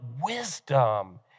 wisdom